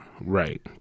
right